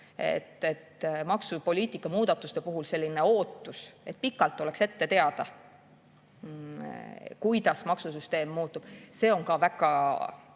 Maksupoliitika muudatuste puhul selline ootus, et pikalt oleks ette teada, kuidas maksusüsteem muutub, on ka